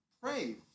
pray